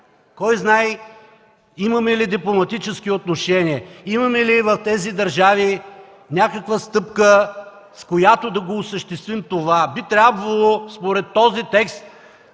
Кой знае имаме ли дипломатически отношения? Имаме ли в тези държави някаква стъпка, с която да осъществим това? Би трябвало според този текст